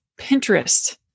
Pinterest